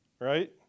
right